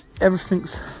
everything's